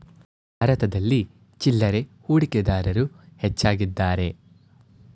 ಭಾರತದಲ್ಲಿ ಚಿಲ್ಲರೆ ಹೂಡಿಕೆದಾರರು ಹೆಚ್ಚಾಗಿದ್ದಾರೆ